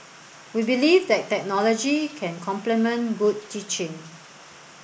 we believe that technology can complement good teaching